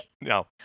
No